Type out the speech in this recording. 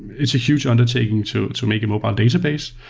it's a huge undertaking to to make a mobile database.